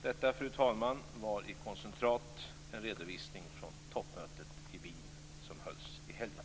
Detta, fru talman, är i koncentrat en redovisning från det toppmöte i Wien som hölls i helgen.